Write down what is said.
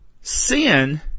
sin